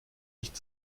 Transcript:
nicht